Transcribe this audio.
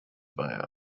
via